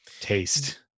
Taste